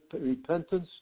repentance